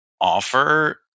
offer